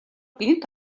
гэнэт